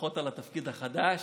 ברכות על התפקיד החדש,